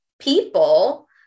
people